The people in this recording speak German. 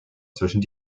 zwischen